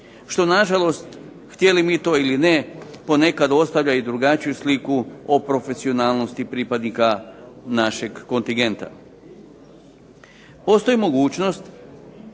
što na žalost, htjeli mi to ili ne, ponekad ostavlja i drugačiju sliku o profesionalnosti pripadnika našeg kontingenta.